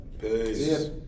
Peace